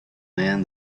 man